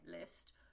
list